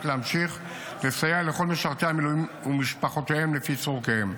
להמשיך לסייע לכל משרתי המילואים ומשפחותיהם לפי צורכיהם.